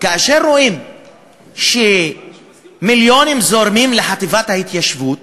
כאשר רואים שמיליונים זורמים לחטיבה להתיישבות